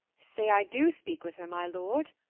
say i do speak with her, my lord,